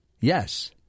Yes